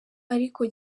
ariko